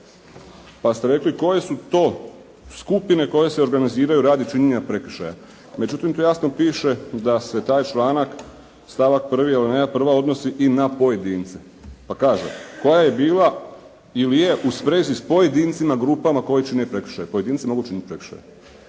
pa ste rekli koje su to skupine koje se organiziraju radi činjenja prekršaja. Međutim, tu jasno piše da se taj članak, stavak 1. alineja prva odnosi i na pojedince, pa kaže: “koja je bila ili je u sprezi s pojedincima, grupama koji čine prekršaj.“ Pojedinci mogu činiti prekršaj,